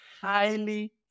highly